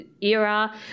era